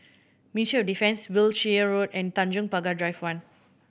Ministry of Defence Wiltshire Road and Tanjong Pagar Drive One